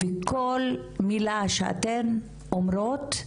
כל מילה שאתן אומרות,